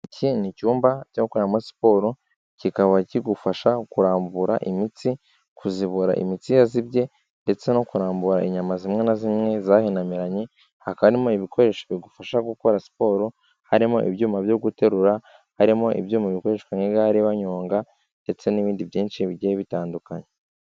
Iki ni icyumba cyo gukoramo siporo, kikaba kigufasha kurambura imitsi, kuzibura imitsi yazibye, ndetse no kurambura inyama zimwe na zimwe zahinamiranye, hakabamo ibikoresho bigufasha gukora siporo, harimo ibyuma byo guterura, harimo ibyuma bikoreshwa n'igare banyonga, ndetse n'ibindi byinshi bigiye bitandukanye.